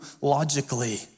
logically